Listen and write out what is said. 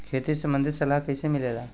खेती संबंधित सलाह कैसे मिलेला?